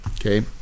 okay